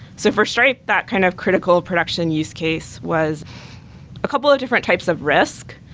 so for stripe, that kind of critical production use case was a couple of different types of risk,